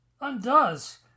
undoes